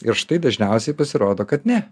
ir štai dažniausiai pasirodo kad ne